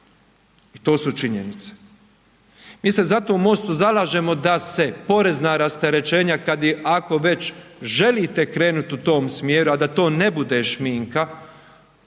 I to su činjenice. Mi se zato u Mostu zalažemo da se porezna rasterećenja, kad je, ako već želite krenuti u tom smjeru a da to ne bude šminka,